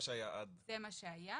גידולים --- בזמן חתימת ההסכם" זה מה שהיה.